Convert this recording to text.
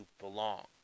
belong